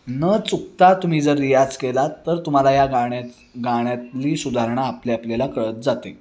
न चुकता तुम्ही जर रियाज केला तर तुम्हाला या गाण्या गाण्यातली सुधारणा आपली आपल्याला कळत जाते